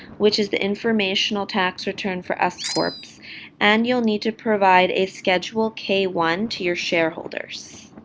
which is the informational tax return for ah s-corps, but and you'll need to provide a schedule k one to your shareholders.